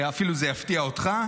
זה אפילו יפתיע אותך,